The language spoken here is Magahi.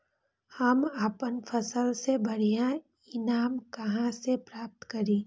हम अपन फसल से बढ़िया ईनाम कहाँ से प्राप्त करी?